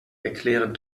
erklären